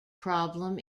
problem